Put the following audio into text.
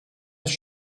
jest